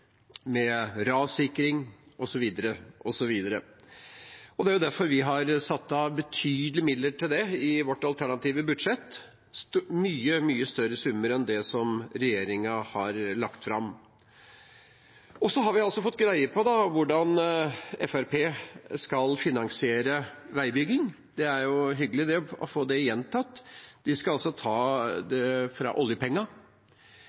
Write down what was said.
med midtdeler, med rassikring osv. Det er derfor vi har satt av betydelige midler til det i vårt alternative budsjett, mye større summer enn det regjeringen har lagt fram. Og så har vi altså fått greie på hvordan Fremskrittspartiet skal finansiere veibygging – det er hyggelig å få det gjentatt. De skal ta